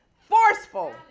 forceful